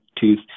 tooth